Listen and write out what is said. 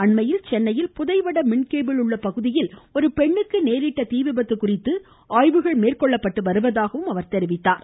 அண்மையில் சென்னையில் புதைவட மின்கேபிள் உள்ள பகுதியில் ஒரு பெண்ணுக்கு நேரிட்ட தீவிபத்து குறித்து ஆய்வு மேற்கொண்டு வருவதாக அவர் கூறினார்